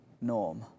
norm